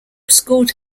scored